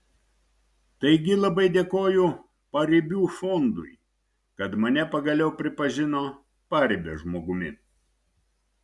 taigi labai dėkoju paribių fondui kad mane pagaliau pripažino paribio žmogumi